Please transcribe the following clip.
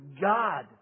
God